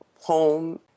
home